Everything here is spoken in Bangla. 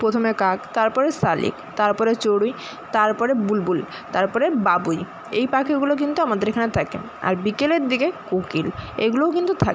প্রথমে কাক তারপরে শালিক তারপরে চড়ুই তারপরে বুলবুলি তারপরে বাবুই এই পাখিগুলো কিন্তু আমাদের এখানে থাকে আর বিকেলের দিকে কোকিল এগুলোও কিন্তু থাকে